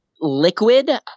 Liquid